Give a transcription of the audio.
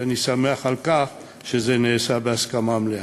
ואני שמח על כך שזה נעשה בהסכמה מלאה.